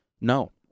No